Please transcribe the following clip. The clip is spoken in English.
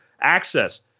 Access